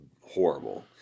horrible